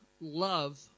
love